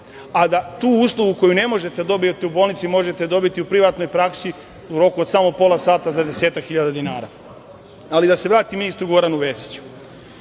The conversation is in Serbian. a da tu uslugu koju ne možete da dobijete u bolnici, možete dobiti u privatnoj praksi u roku samo od pola sata za desetak hiljade dinara? Ali, da se vratim ministru Goranu Vesiću.